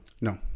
No